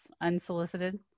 unsolicited